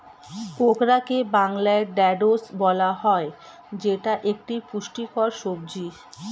ওকরাকে বাংলায় ঢ্যাঁড়স বলা হয় যেটা একটি পুষ্টিকর সবজি